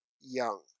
young